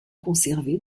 conservées